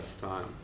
time